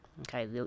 Okay